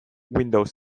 windows